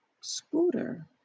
scooter